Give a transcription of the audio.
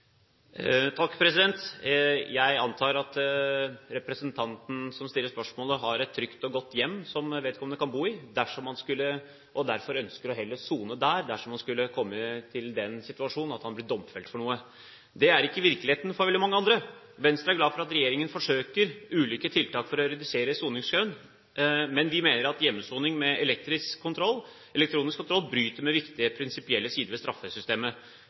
Jeg antar at representanten som stiller spørsmålet, har et trygt og godt hjem som vedkommende kan bo i, og derfor heller ønsker å sone der, dersom han skulle komme i den situasjon at han ble domfelt for noe. Det er ikke virkeligheten for veldig mange andre. Venstre er glad for at regjeringen forsøker ulike tiltak for å redusere soningskøen, men vi mener at hjemmesoning med elektronisk kontroll bryter med viktige prinsipielle sider ved straffesystemet.